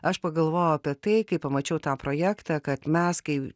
aš pagalvojau apie tai kai pamačiau tą projektą kad mes kai